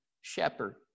shepherd